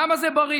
העם הזה בריא.